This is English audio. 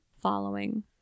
following